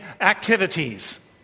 activities